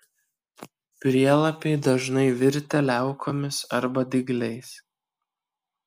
prielapiai dažnai virtę liaukomis arba dygliais